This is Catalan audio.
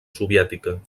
soviètica